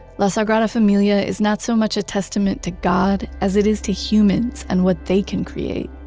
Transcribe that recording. la sagrada familia is not so much a testament to god, as it is to humans and what they can create,